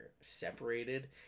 separated